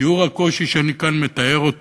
תיאור הקושי שאני כאן מתאר.